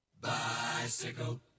Bicycle